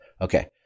okay